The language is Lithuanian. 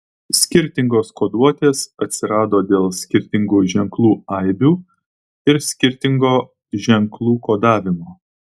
skirtingos koduotės atsirado dėl skirtingų ženklų aibių ir skirtingo ženklų kodavimo